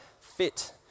fit